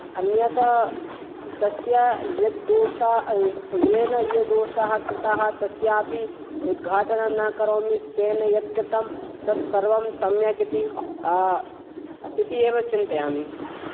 अन्यत् तस्य यद् दोषाः येन ये दोषाः कृताः तस्यापि उद्घाटनं न करोमि तेन यत् कृतं तत् सर्वं सम्यक् इति इति एव चिन्तयामि